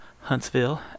Huntsville